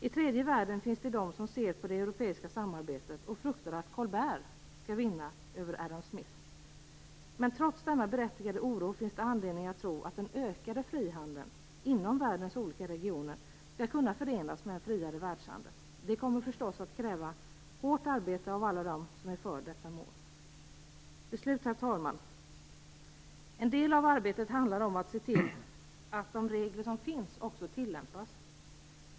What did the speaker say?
I tredje världen finns det de som ser på det europeiska samarbetet med fruktan för att Colbert skall vinna över Adam Smith. Men trots denna berättigade oro finns det anledning att tro att den ökade frihandeln inom världens olika regioner skall kunna förenas med en friare världshandel. Det kommer förstås att kräva hårt arbete av alla dem som är för detta mål. Herr talman! En del av arbetet handlar om att se till att de regler som finns också tillämpas.